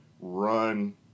run